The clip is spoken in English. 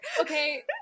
Okay